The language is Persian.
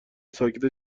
ساکته